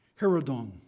Herodon